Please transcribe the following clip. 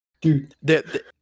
dude